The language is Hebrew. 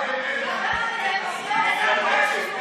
ההפרדה, היא הפרדה שלא קיימת בחוק הישראלי.